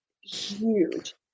huge